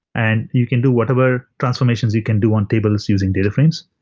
and you can do whatever transformations you can do on tables using data frames.